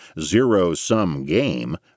zero-sum-game